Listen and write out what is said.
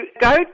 go